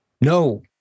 no